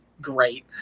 Great